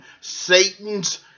Satan's